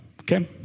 okay